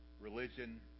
religion